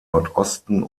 nordosten